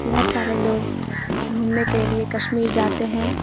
بہت سارے لوگ گھومنے کے لیے کشمیر جاتے ہیں